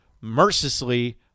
mercilessly